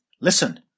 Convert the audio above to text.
Listen